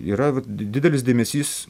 yra didelis dėmesys